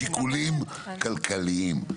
משיקולים כלכליים.